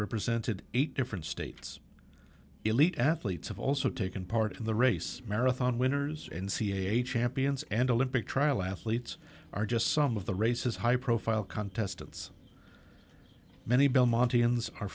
represented eight different states elite athletes have also taken part in the race marathon winners n c a a champions and olympic trial athletes are just some of the races high profile contestants